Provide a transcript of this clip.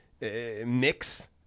mix